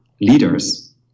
leaders